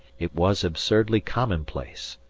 it was absurdly commonplace.